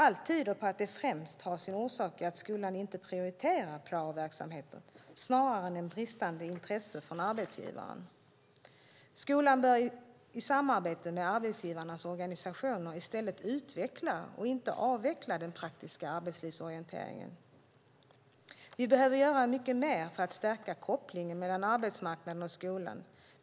Allt tyder på att det har sin orsak i att skolan inte prioriterar praoverksamheten snarare än ett bristande intresse från arbetsgivarna. Skolan bör i samarbete med arbetsgivarnas organisationer utveckla och inte avveckla den praktiska arbetslivsorienteringen. Vi behöver göra mycket mer för att stärka kopplingen mellan arbetsmarknaden och skolan.